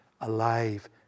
alive